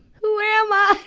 who am ah